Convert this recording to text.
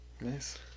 Nice